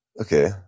Okay